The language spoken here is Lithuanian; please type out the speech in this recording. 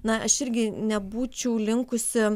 na aš irgi nebūčiau linkusi